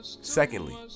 Secondly